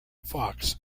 fox